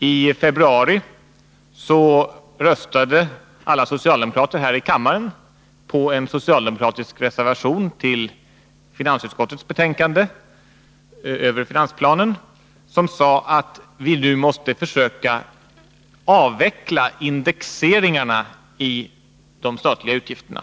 I februari röstade alla socialdemokrater här i kammaren på en till finansutskottets betänkande över finansplanen fogad socialdemokratisk reservation, som gick ut på att vi nu måste försöka avveckla indexeringarna i de statliga utgifterna.